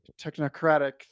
technocratic